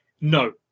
no